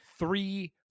three